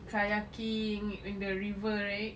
kayaking in the river right